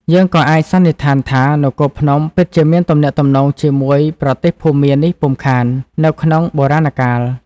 យើងក៏អាចសន្និដ្ឋានថា នគរភ្នំពិតជាមានទំនាក់ទំនងជាមួយ ប្រទេសភូមានេះពុំខាន នៅក្នុង បុរាណកាល។